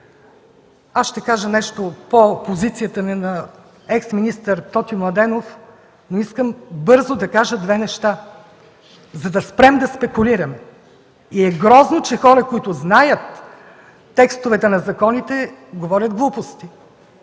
Аз ще кажа нещо и по позицията на ексминистър Тотю Младенов, но искам бързо да кажа две неща, за да спрем да спекулираме. Грозно е, че хора, които знаят текстовете на законите, говорят глупости.